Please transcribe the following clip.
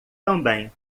também